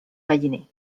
galliner